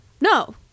No